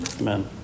Amen